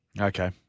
Okay